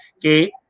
Que